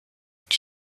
est